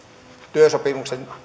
työsopimuksen